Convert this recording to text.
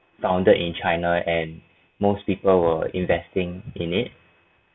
founded in china and most people were investing in it